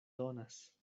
donas